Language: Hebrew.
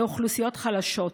לאוכלוסיות חלשות.